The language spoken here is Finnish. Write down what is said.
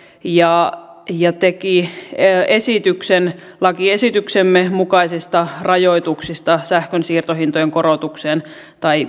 ja ja teki esityksen lakiesityksemme mukaisista rajoituksista sähkön siirtohintojen korotukseen tai